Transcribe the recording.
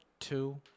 two